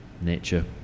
nature